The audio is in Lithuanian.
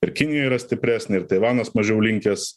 ir kinija yra stipresnė ir taivanas mažiau linkęs